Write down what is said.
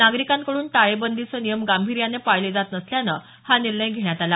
नागरिकांकडून टाळेबंदीचे नियम गांभिर्यानं पाळले जात नसल्यानं हा निर्णय घेण्यात आला